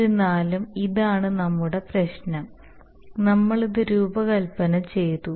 എന്നിരുന്നാലും ഇതാണ് നമ്മളുടെ പ്രശ്നം നമ്മൾ ഇത് രൂപകൽപ്പന ചെയ്തു